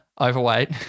overweight